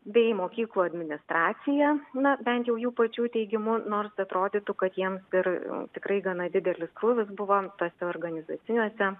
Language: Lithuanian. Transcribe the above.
bei mokyklų administracija na bent jau jų pačių teigimu nors atrodytų kad jiems ir tikrai gana didelis krūvis buvo tuose organizaciniuose